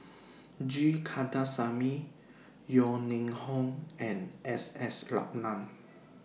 G Kandasamy Yeo Ning Hong and S S Ratnam